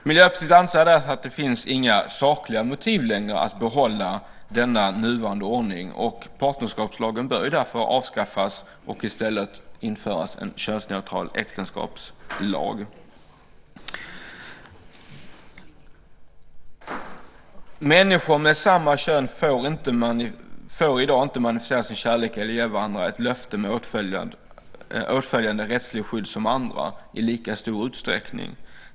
Miljöpartiet anser att det inte finns några sakliga motiv längre att behålla denna nuvarande ordning. Partnerskapslagen bör därför avskaffas. I stället bör en könsneutral äktenskapslag införas. Människor med samma kön får i dag inte manifestera sin kärlek eller ge varandra ett löfte med åtföljande rättsligt skydd som andra i lika stor utsträckning.